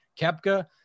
kepka